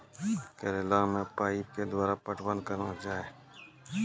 करेला मे पाइप के द्वारा पटवन करना जाए?